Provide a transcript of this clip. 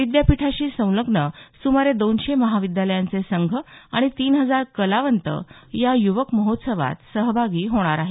विद्यापीठाशी संलग्न सुमारे दोनशे महाविद्यालयांचे संघ आणि तीन हजार कलावंत या युवक महोत्सवात सहभागी होणार आहेत